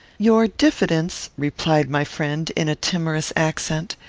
your diffidence, replied my friend, in a timorous accent,